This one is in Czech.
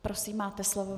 Prosím, máte slovo.